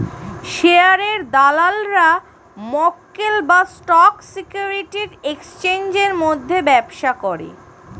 শেয়ারের দালালরা মক্কেল বা স্টক সিকিউরিটির এক্সচেঞ্জের মধ্যে ব্যবসা করে